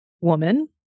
woman